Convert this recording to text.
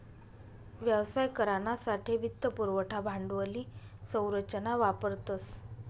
व्यवसाय करानासाठे वित्त पुरवठा भांडवली संरचना वापरतस